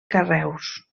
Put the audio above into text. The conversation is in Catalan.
carreus